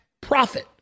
profit